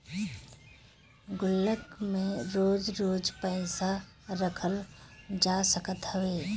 गुल्लक में रोज रोज पईसा रखल जा सकत हवे